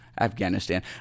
Afghanistan